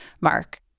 mark